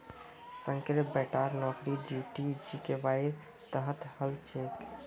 शंकरेर बेटार नौकरी डीडीयू जीकेवाईर तहत हल छेक